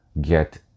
get